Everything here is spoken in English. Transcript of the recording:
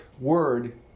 word